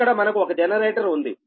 ఇక్కడ మనకు ఒక జనరేటర్ వుంది